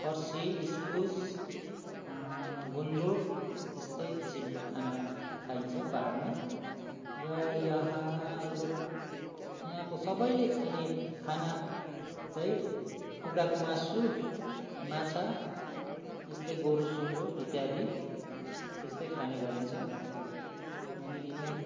फर्सी इस्कुस गुन्द्रुक त्यस्तै किसिमको खाना खाइन्छ पहाडमा र यहाँ लोक यहाँको सबैले खाने त्यो खाना चाहिँ कुखुराको मासु माछा यस्तै गोरु सुँगुर इत्यादि त्यस्तै खाने गरिन्छ अनि